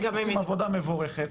הם עושים עבודה מבורכת,